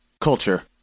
Culture